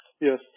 Yes